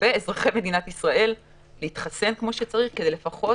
לתושבי ואזרחי מדינת ישראל להתחסן כמו שצריך כדי שלפחות